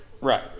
Right